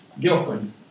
girlfriend